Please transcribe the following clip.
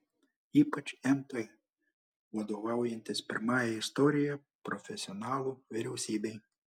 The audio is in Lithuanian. ypač mp vadovaujantis pirmajai istorijoje profesionalų vyriausybei